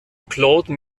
claude